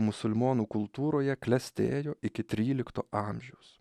musulmonų kultūroje klestėjo iki trylikto amžiaus